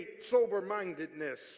Sober-mindedness